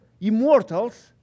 immortals